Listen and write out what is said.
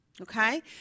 Okay